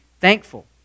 thankful